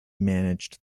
managed